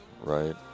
right